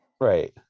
Right